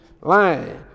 lying